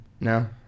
no